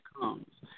comes